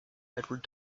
edward